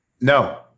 No